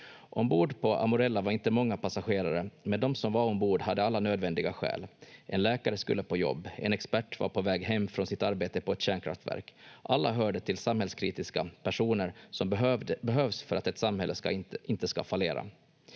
Ombord på Amorella var inte många passagerare, men de som var ombord hade alla nödvändiga skäl. En läkare skulle på jobb, en expert var på väg hem från sitt arbete på ett kärnkraftverk. Alla hörde till samhällskritiska personer som behövs för att ett samhälle inte ska fallera.